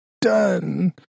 done